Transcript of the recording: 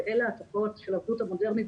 ואלה התופעות של --- המודרנית,